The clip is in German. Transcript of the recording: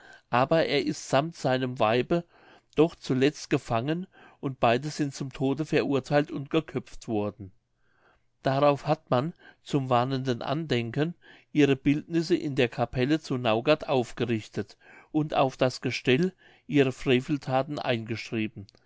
aber er ist sammt seinem weibe doch zuletzt gefangen und beide sind zum tode verurtheilt und geköpft worden darauf hat man zum warnenden andenken ihre bildnisse in der capelle zu naugard aufgerichtet und auf das gestell ihre frevelthaten eingeschrieben